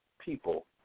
people